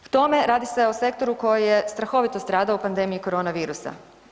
K tome, radi se o sektoru koji je strahovito stradao u pandemiji koronavirusa.